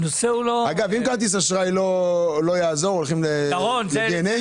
אגב, אם כרטיס אשראי לא יעזור, הולכים ל-DNA?